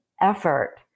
effort